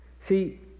See